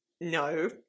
No